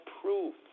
proof